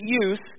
use